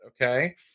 okay